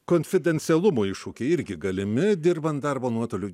konfidencialumo iššūkiai irgi galimi dirbant darbą nuotoliu